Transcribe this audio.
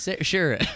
Sure